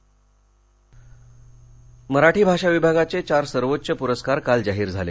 परस्कार मराठी भाषा विभागाचे चार सर्वोच्च पुरस्कार काल जाहीर झाले